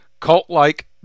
cult-like